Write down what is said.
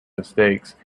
mistakes